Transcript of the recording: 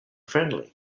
friendly